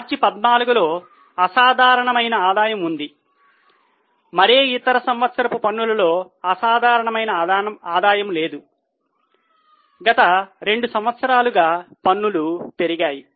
మార్చి 14 లో అసాధారణమైన ఆదాయం ఉంది మరే ఇతర సంవత్సరపు పన్నులలో అసాధారణమైన ఆదాయం లేదు గత 2 సంవత్సరాలుగా పన్నులు పెరిగాయి